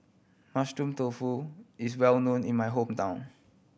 Mushroom Tofu is well known in my hometown